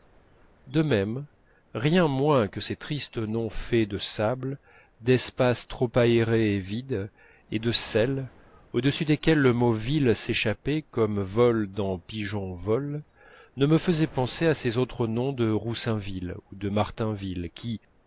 de même rien moins que ces tristes noms faits de sable d'espace trop aéré et vide et de sel au-dessus desquels le mot ville s'échappait comme vole dans pigeon vole ne me faisait penser à ces autres noms de roussainville ou de martainville qui